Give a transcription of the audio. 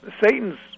Satan's